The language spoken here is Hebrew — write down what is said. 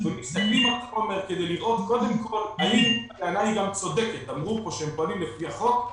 אמרו פה שהם פועלים על-פי החוק,